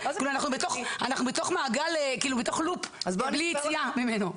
אנחנו בתוך לופ בלי יציאה ממנו.